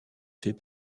fait